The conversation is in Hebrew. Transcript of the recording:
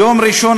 ביום ראשון,